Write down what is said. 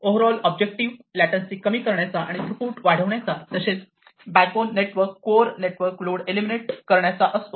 over all objective latency कमी करण्याचा आणि थ्रुपुट वाढविण्याचा तसेच backbone network core network load eliminate करण्याचा असतो